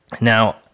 Now